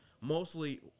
mostly